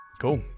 Cool